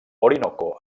orinoco